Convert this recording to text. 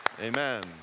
Amen